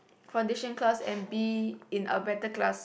foundation class and be in a better class